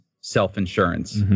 self-insurance